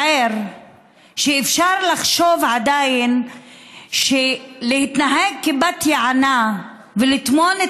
זה שאפשר עדיין לחשוב שלהתנהג כבת יענה ולטמון את